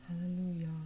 Hallelujah